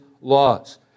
laws